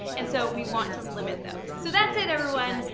and so we want to limit those. so that's it everyone.